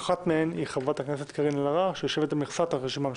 שאחת מהן היא חברת הכנסת קארין אלהרר שיושבת על מכסת הרשימה המשותפת.